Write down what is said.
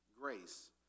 grace